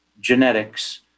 genetics